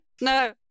no